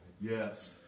Yes